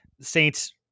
Saints